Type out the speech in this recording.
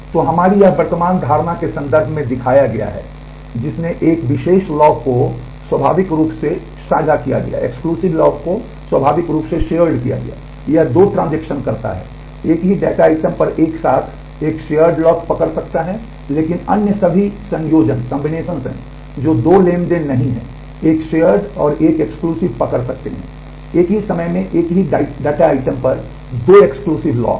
तो यह हमारी वर्तमान धारणा के संदर्भ में दिखाया गया है जिसने एक विशेष लॉक को स्वाभाविक रूप से साझा किया है यह दो ट्रांजेक्शन और एक एक्सक्लूसिव पकड़ सकते हैं एक ही समय में एक ही डेटा आइटम पर दो एक्सक्लूसिव लॉक्स